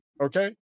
okay